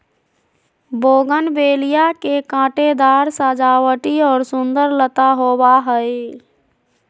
bougainvillea के कांटेदार सजावटी और सुंदर लता होबा हइ